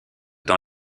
dans